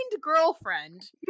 girlfriend